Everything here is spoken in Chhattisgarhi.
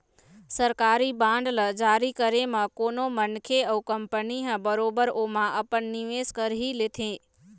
सरकारी बांड ल जारी करे म कोनो मनखे अउ कंपनी ह बरोबर ओमा अपन निवेस कर ही लेथे